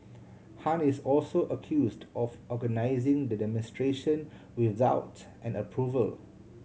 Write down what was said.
Han is also accused of organising the demonstration without an approval